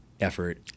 effort